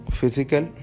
physical